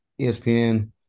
ESPN